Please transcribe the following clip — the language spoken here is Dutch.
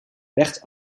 bert